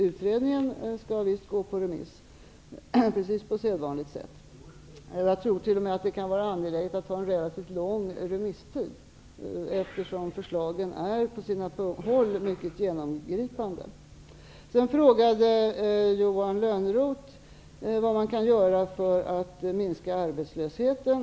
Utredningen skall alltså skickas ut på remiss på sedvanligt sätt. Jag tror t.o.m. att det kan vara angeläget att ha en relativt lång remisstid, eftersom vissa förslag är mycket genomgripande. Johan Lönnroth frågade vad man kan göra för att minska arbetslösheten.